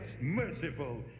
merciful